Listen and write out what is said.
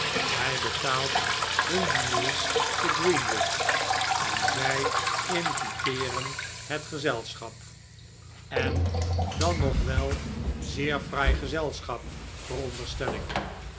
hij betaalt hun diners te greenwich en zij inviteeren het gezelschap en dan nog wel zeer fraai gezelschap veronderstel ik